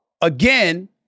again